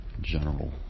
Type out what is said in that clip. general